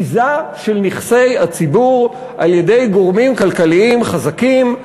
ביזה של נכסי הציבור על-ידי גורמים כלכליים חזקים,